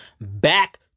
back